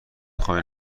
خواین